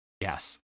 Yes